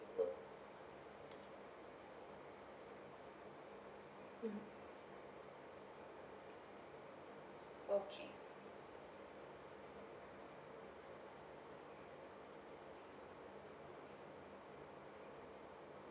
oh mmhmm okay